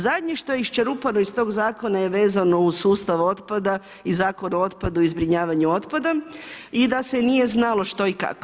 Zadnje što je čerupano iz tog zakona je vezano uz sustav otpada i Zakon o otpadu i zbrinjavanju otpada i da se nije znalo što i kako.